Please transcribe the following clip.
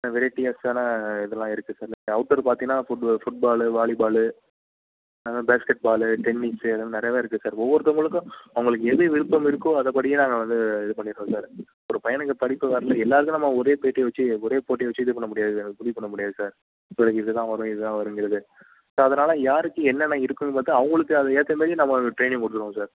வெரைட்டிஸ்ஸான இதல்லாம் இருக்குது sir outdoor பார்த்திங்கன்னா ஃபுட்பாலு வாலிபாலு அதேமாரி பேஸ்கெட் பாலு டென்னிஸு இதுலாம் நிறையவே இருக்குது சார் ஒவ்வொருத்தங்களுக்கும் அவுங்களுக்கு எது விருப்பமிருக்கோ அதுபடி நாங்கள் இது பண்ணிடுறோம் சார் ஒரு பையனுக்கு படிப்பு வரல எல்லோருக்கும் நம்ம ஒரே பேட்டி வைச்சி ஒரே போட்டி வைச்சி இது பண்ண முடியாது சார் முடிவு பண்ண முடியாது சார் எனக்கு இதுதான் வரும் இதுதான் வரும்கிறது ஸோ அதனால் யாருக்கு என்னென்ன இருக்குதுன்னு பார்த்து அவுங்களுக்கு அது ஏற்ற மாரி நம்ம டிரெய்னிங் கொடுத்துடுவோம் சார்